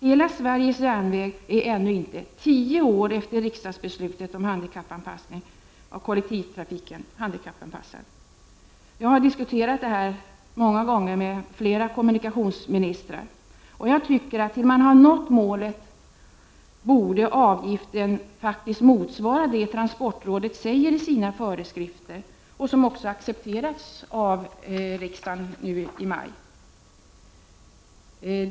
Hela Sveriges järnväg är ännu inte, tio år efter riksdagsbeslutet om handikappanpassning av kollektivtrafiken, handikappanpassad. Jag har diskuterat detta många gånger med flera kommunikationsministrar, och jag tycker att avgiften intill dess att man nått målet faktiskt borde motsvara det som transportrådet säger i sina föreskrifter och som accepterats av riksdagen i maj i år.